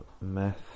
meth